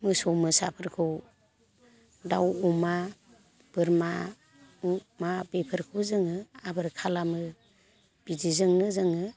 मोसौ मोसाफोरखौ दाउ अमा बोरमा अमा बेफोरखौ जोङो आबार खालामो बिदिजोंनो जोङो